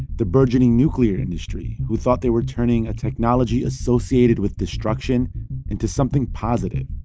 the burgeoning nuclear industry, who thought they were turning a technology associated with destruction into something positive,